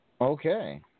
Okay